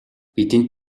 бидэнд